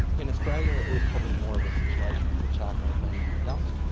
in australia it was probably more of a situation of the charcoal being dumped,